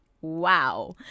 Wow